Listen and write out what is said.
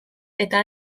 eta